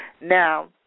Now